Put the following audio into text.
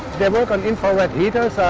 they work on infrared heaters,